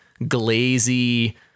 glazy